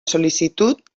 sol·licitud